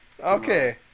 Okay